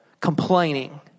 complaining